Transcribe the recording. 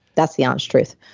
that's the honest truth.